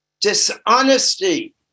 dishonesty